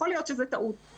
יכול להיות שזה טעות.